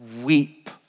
weep